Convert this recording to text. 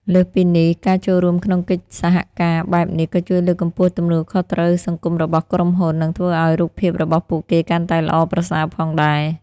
លើសពីនេះ ការចូលរួមក្នុងកិច្ចសហការបែបនេះ ក៏ជួយលើកកម្ពស់ទំនួលខុសត្រូវសង្គមរបស់ក្រុមហ៊ុន និងធ្វើឲ្យរូបភាពរបស់ពួកគេកាន់តែល្អប្រសើរផងដែរ។